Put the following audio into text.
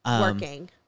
working